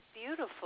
beautiful